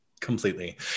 Completely